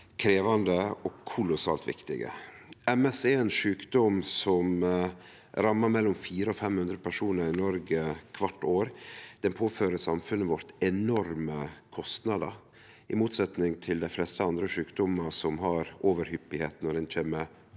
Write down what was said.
krevjande og kolossalt viktige. MS er ein sjukdom som rammar mellom 400 og 500 personar i Noreg kvart år. Det påfører samfunnet vårt enorme kostnader. I motsetning til dei fleste andre sjukdomar, som har overhyppigheit når ein kjem